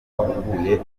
bahuguye